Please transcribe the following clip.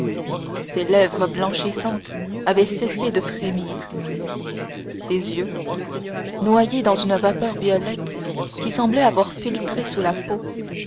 ses lèvres blanchissantes avaient cessé de frémir ses yeux noyés dans une vapeur violette qui semblait avoir filtré sous la peau